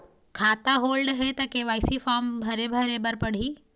खाता होल्ड हे ता के.वाई.सी फार्म भरे भरे बर पड़ही?